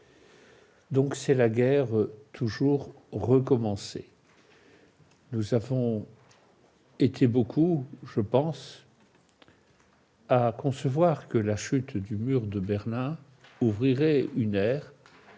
donc la guerre toujours recommencée ! Nous étions beaucoup, je pense, à imaginer que la chute du mur de Berlin ouvrirait une ère